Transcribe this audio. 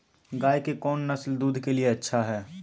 गाय के कौन नसल दूध के लिए अच्छा है?